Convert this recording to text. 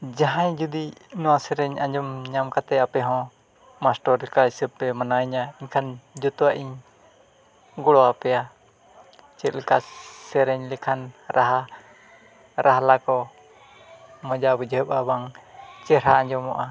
ᱡᱟᱦᱟᱸᱭ ᱡᱩᱫᱤ ᱱᱚᱣᱟ ᱥᱮᱨᱮᱧ ᱟᱸᱡᱚᱢ ᱧᱟᱢ ᱠᱟᱛᱮᱫ ᱟᱯᱮ ᱦᱚᱸ ᱢᱟᱥᱴᱚᱨ ᱞᱮᱠᱟ ᱦᱤᱥᱟᱹᱵ ᱯᱮ ᱢᱟᱱᱟᱣ ᱤᱧᱟᱹ ᱮᱱᱠᱷᱟᱱ ᱡᱚᱛᱚᱣᱟᱜ ᱤᱧ ᱜᱚᱲᱚ ᱟᱯᱮᱭᱟᱜ ᱪᱮᱫ ᱞᱮᱠᱟ ᱥᱮᱨᱮᱧ ᱞᱮᱠᱷᱟᱱ ᱨᱟᱦᱟ ᱨᱟᱦᱞᱟ ᱠᱚ ᱢᱚᱡᱟ ᱵᱩᱡᱷᱟᱹᱣᱜᱼᱟ ᱵᱟᱝ ᱪᱮᱨᱦᱟ ᱟᱸᱡᱚᱢᱚᱜᱼᱟ